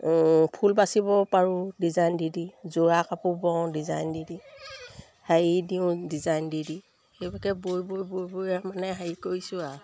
ফুল বাচিব পাৰোঁ ডিজাইন দি দি যোৰা কাপোৰ বওঁ ডিজাইন দি দি হেৰি দিওঁ ডিজাইন দি দি সেইভাগে বৈ বৈ বৈ বৈ মানে হেৰি কৰিছোঁ আৰু